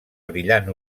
brillant